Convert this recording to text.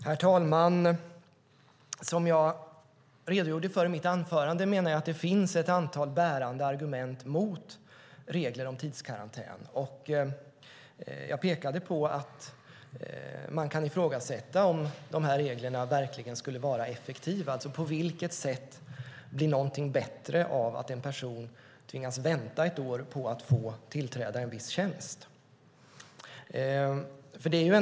Herr talman! Som jag redogjorde för i mitt anförande menar jag att det finns ett antal bärande argument mot regler om tidskarantän. Jag pekade på att man kan ifrågasätta om dessa regler verkligen skulle vara effektiva. På vilket sätt blir något bättre av att en person tvingas vänta ett år på att få tillträda en viss tjänst?